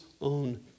own